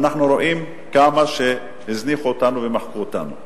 אנחנו רואים כמה שהזניחו אותנו ומחקו אותנו.